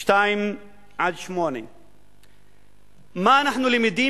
2 8. מה אנחנו למדים,